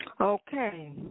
Okay